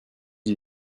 dis